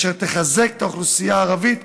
אשר תחזק את האוכלוסייה הערבית